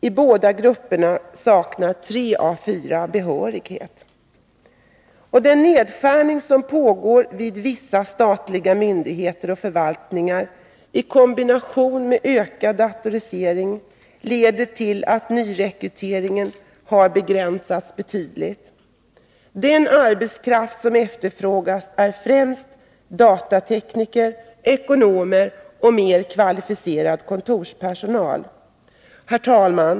I båda grupperna saknar tre av fyra behörighet. Den nedskärning som pågår vid vissa statliga myndigheter och förvaltningar, i kombination med ökande datorisering, leder till att nyrekryteringen har begränsats betydligt. Den arbetskraft som efterfrågas är främst datatekniker, ekonomer och mera kvalificerad kontorspersonal. Herr talman!